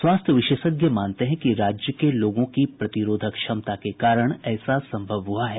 स्वास्थ्य विशेषज्ञ मानते हैं कि राज्य के लोगों की प्रतिरोधक क्षमता के कारण ऐसा संभव हुआ है